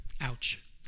Ouch